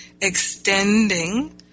extending